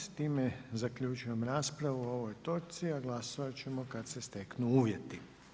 S time zaključujem raspravu o ovoj točci, a glasovat ćemo kad se steknu uvjeti.